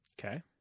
Okay